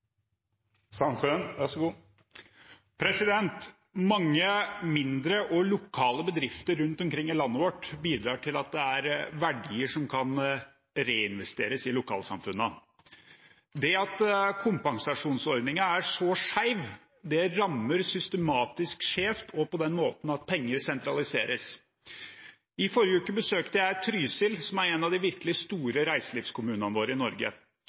kompensasjonsordningen er så skjev, rammer systematisk skjevt og på den måten at penger sentraliseres. I forrige uke besøkte jeg Trysil, som er en av de virkelig store reiselivskommunene i Norge.